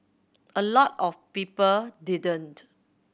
a lot of people didn't